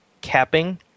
capping